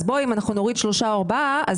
אז אם נוריד שלושה או ארבעה,